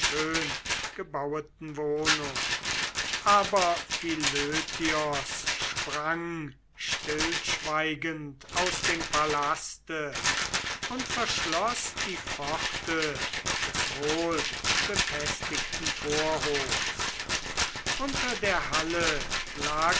der schöngebaueten wohnung aber philötios sprang stillschweigend aus dem palaste und verschloß die pforte des wohlbefestigten vorhofs unter der halle lag